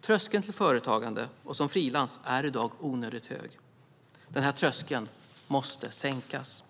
Tröskeln till företagande och frilansarbete är i dag onödigt hög och måste sänkas.